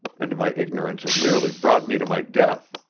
and my ignorance had nearly brought me to my death.